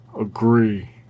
agree